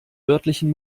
örtlichen